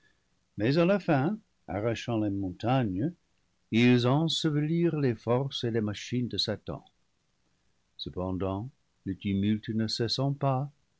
mais à la fin arrachant les montagnes ils ensevelirent les forces et les machines de satan cependant le tumulte ne cessant pas